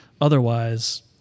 Otherwise